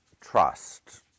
trust